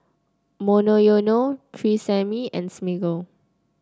Monoyono Tresemme and Smiggle